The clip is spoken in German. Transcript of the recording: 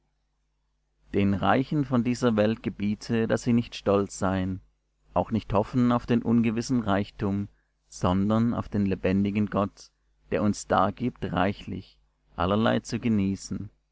den reichen von dieser welt gebiete daß sie nicht stolz seien auch nicht hoffen auf den ungewissen reichtum sondern auf den lebendigen gott der uns dargibt reichlich allerlei zu genießen